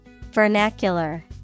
Vernacular